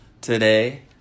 today